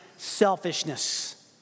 Selfishness